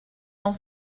n’en